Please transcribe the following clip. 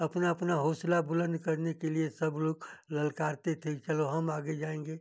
अपना अपना हौसला बुलंद करने के लिए सब लोग ललकारते थे चलो हम आगे जाएँगे